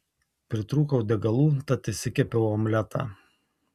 pritrūkau degalų tad išsikepiau omletą